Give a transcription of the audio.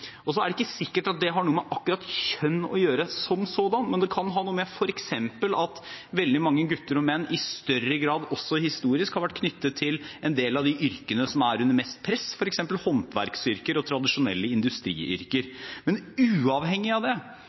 samfunn så er gutter og menn overrepresentert. Det er ikke sikkert at det har noe med akkurat kjønn som sådan å gjøre, men det kan f.eks. ha noe å gjøre med at veldig mange gutter og menn i større grad, også historisk, har vært knyttet til en del av de yrkene som er under mest press, f.eks. håndverksyrker og tradisjonelle industriyrker. Men uavhengig av det